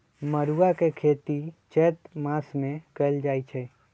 मरुआ के खेती चैत मासमे कएल जाए छै